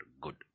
good